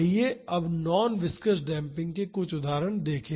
आइए अब non viscous damping के कुछ उदाहरण देखें